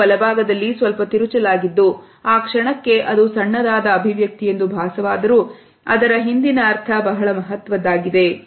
ತುಟಿಯು ಬಲಭಾಗದಲ್ಲಿ ಸ್ವಲ್ಪ ತಿರುಚಲಾಗಿದ್ದು ಆ ಕ್ಷಣಕ್ಕೆ ಅದು ಸಣ್ಣದಾದ ಅಭಿವ್ಯಕ್ತಿಯೆಂದು ಭಾಸವಾದರೂ ಅದರ ಹಿಂದಿನ ಅರ್ಥ ಬಹಳ ಮಹತ್ವದಾಗಿದೆ